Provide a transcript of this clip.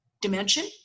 dimension